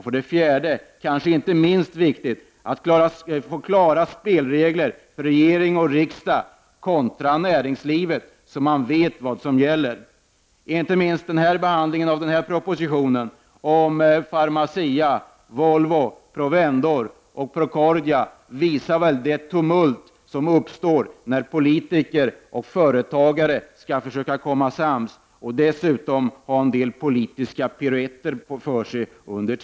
För det fjärde vill man, vilket kanske inte är minst viktigt, få klara spelregler för regering och riksdag kontra näringslivet, så att man vet vad som gäller. Inte minst behandlingen av propositionen om Pharmacia, Volvo, Provendor och Procordia visar vilket tumult som uppstår när politiker och företagare skall försöka komma överens under politiskt piruetterande.